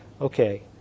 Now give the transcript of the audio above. Okay